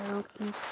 আৰু কি